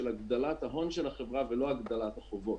הגדלת ההון של החברה ולא הגדלת החובות.